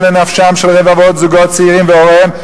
לנפשם של רבבות זוגות צעירים והוריהם,